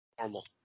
normal